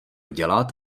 dělat